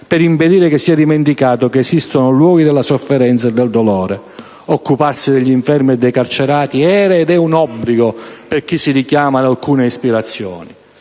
per impedire che sia dimenticato che esistono luoghi della sofferenza e del dolore. Occuparsi degli infermi e dei carcerati era ed è un obbligo per chi si richiama ad alcune ispirazioni.